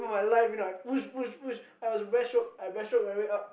for my life you know I push push push I was breaststroke I breaststroke my way up